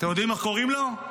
אתם יודעים איך קוראים לו?